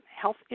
health